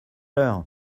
l’heure